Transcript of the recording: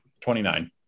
29